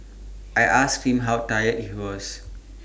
I asked him how tired he was